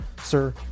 Sir